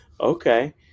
Okay